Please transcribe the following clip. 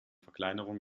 verkleinerung